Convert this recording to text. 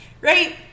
Right